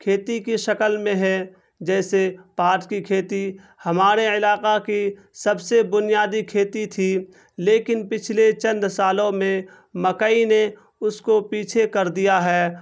کھیتی کی شکل میں ہے جیسے پاٹ کی کھیتی ہمارے علاقہ کی سب سے بنیادی کھیتی تھی لیکن پچھلے چند سالوں میں مکئی نے اس کو پیچھے کر دیا ہے